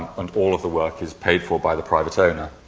and all of the work is paid for by the private owner.